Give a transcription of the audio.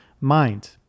mind